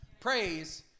Praise